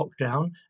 lockdown